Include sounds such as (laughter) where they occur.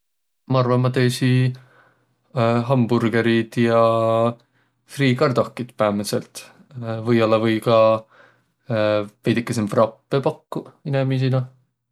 Ma arva, ma teesiq hamburgõriid ja friikardohkit päämädselt. Või-ollaq või ka (hesitation) veidükese vrappõ pakkuq inemiisile.